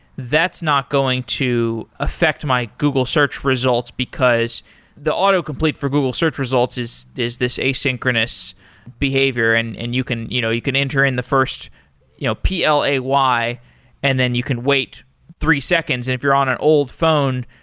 that's not going to affect my google search results, because the autocomplete for google search results is is this asynchronous behavior, and and you can you know you can enter in the first you know p l a y and then you can wait three seconds. and if you're on an old phone,